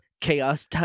chaos